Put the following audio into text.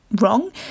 wrong